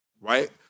right